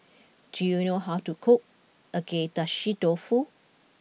do you know how to cook Agedashi Dofu